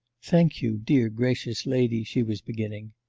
thank you, dear gracious lady she was beginning.